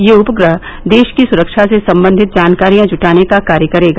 यह उपग्रह देश की सुरक्षा से संबंधित जानकारियां जुटाने का कार्य करेगा